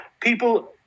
people